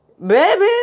Baby